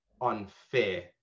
unfair